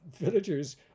villagers